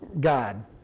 God